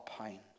pain